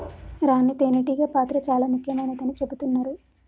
రాణి తేనే టీగ పాత్ర చాల ముఖ్యమైనదని చెబుతున్నరు